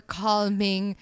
calming